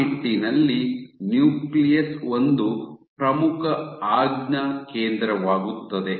ಆ ನಿಟ್ಟಿನಲ್ಲಿ ನ್ಯೂಕ್ಲಿಯಸ್ ಒಂದು ಪ್ರಮುಖ ಆಜ್ಞಾ ಕೇಂದ್ರವಾಗುತ್ತದೆ